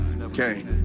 Okay